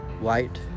White